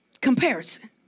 Comparison